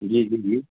جی جی جی